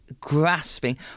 grasping